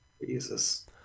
Jesus